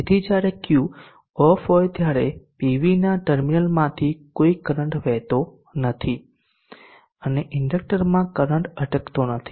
તેથી જ્યારે Q off હોય ત્યારે પીવીના ટર્મિનલમાંથી કોઈ કરંટ વહેતો નથી અને ઇન્ડક્ટરમાં કરંટ અટકતો નથી